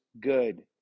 good